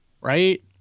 right